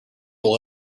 will